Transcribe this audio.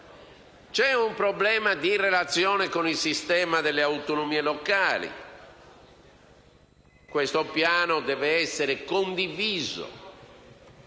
C'è un problema di relazione con il sistema delle autonomie locali; questo piano deve essere condiviso